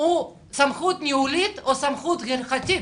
הוא סמכות ניהולית או סמכות הלכתית?